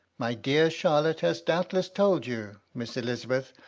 my dear charlotte has doubtless told you, miss elizabeth,